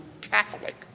Catholic